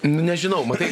nu nežinau matai